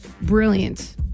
Brilliant